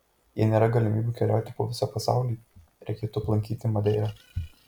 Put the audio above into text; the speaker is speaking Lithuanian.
jei nėra galimybių keliauti po visą pasaulį reikėtų aplankyti madeirą